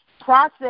process